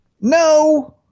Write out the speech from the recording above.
No